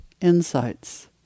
insights